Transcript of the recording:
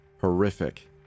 horrific